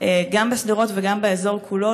גם בשדרות וגם באזור כולו,